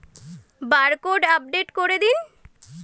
Barcode update করে দিন?